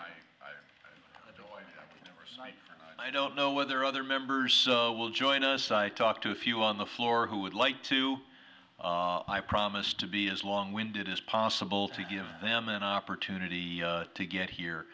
night i don't know whether other members will join us i talk to a few on the floor who would like to i promise to be as long winded as possible to give them an opportunity to get here